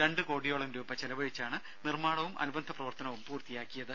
രണ്ടു കോടിയോളം രൂപ ചെലവഴിച്ചാണ് നിർമ്മാണവും അനുബന്ധ പ്രവർത്തനവും പൂർത്തിയാക്കിയത്